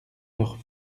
leurs